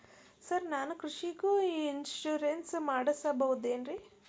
Sir ನಾನು ಕೃಷಿಗೂ insurance ಮಾಡಸಬಹುದೇನ್ರಿ?